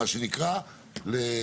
נקרא לזה